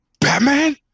batman